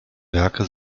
werke